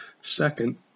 Second